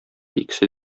икесе